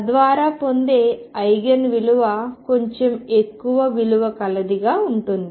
తద్వారా పొందే ఐగెన్ విలువ కొంచెం ఎక్కువ విలువ కలదిగా ఉంటుంది